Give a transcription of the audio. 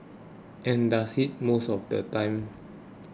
and does it most of the time